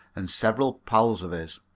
and several pals of his.